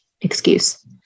excuse